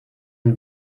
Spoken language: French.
une